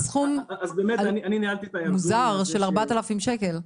סכום מוזר של 4,000 שקל.